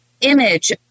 image